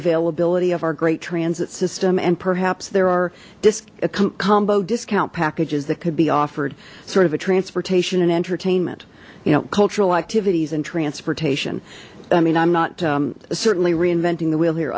availability of our great transit system and perhaps there are disc combo discount packages that could be offered sort of a transportation and entertainment you know cultural activities and transportation i mean i'm not certainly reinventing the wheel here